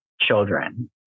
children